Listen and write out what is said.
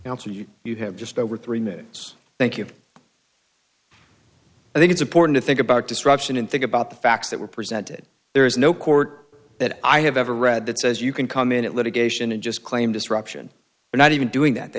also you you have just over three minutes thank you i think it's important to think about destruction and think about the facts that were presented there is no court that i have ever read that says you can come in at litigation and just claim disruption and not even doing that they